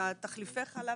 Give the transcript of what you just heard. תחליפי החלב,